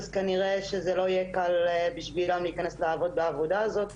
אז כנראה זה לא יהיה קל בשבילן להיכנס לעבודה בעבודה הזו,